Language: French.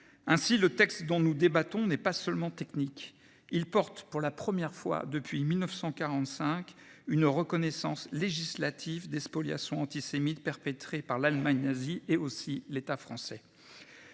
Ainsi le texte dont nous débattons n'est pas seulement technique. Il porte pour la première fois depuis 1945 une reconnaissance législative des spoliations antisémites perpétrés par l'Allemagne nazie et aussi l'État français.